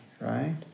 right